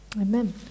Amen